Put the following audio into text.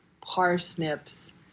parsnips